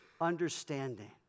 understanding